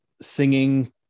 singing